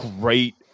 great